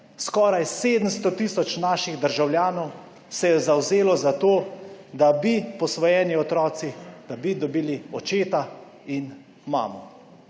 Skoraj 700 tisoč naših državljanov se je zavzelo za to, da bi posvojeni otroci dobili očeta in mamo.